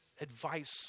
advice